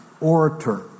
orator